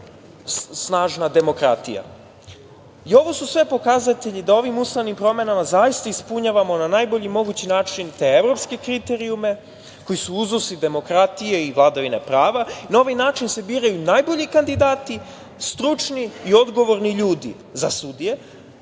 su sve pokazatelji da ovim ustavnim promenama zaista ispunjavamo na najbolji mogući način te evropske kriterijume koji su uzusi demokratije i vladavine prava. Na ovaj način se biraju najbolji kandidati, stručni i odgovorni ljudi za sudije,